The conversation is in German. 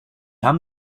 haben